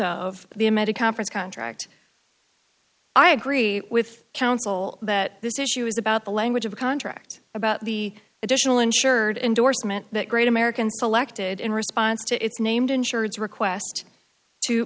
medic conference contract i agree with counsel that this issue is about the language of a contract about the additional insured endorsement that great american selected in response to its named insurance request to